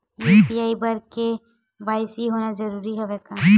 UPI बर KYC होना जरूरी हवय का?